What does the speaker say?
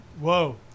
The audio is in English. Whoa